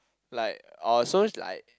like oh so like